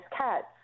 cats